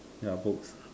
ya books